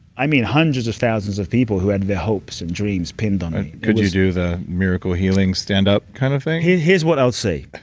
i mean, hundreds of thousands of people who had their hopes and dreams pinned on me and could you do the miracle healing stand up kind of thing? here's what i'll say,